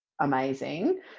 amazing